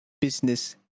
business